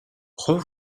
хувь